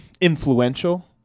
influential